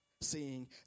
seeing